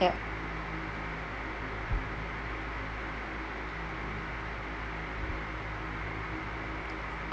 yup